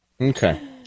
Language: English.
Okay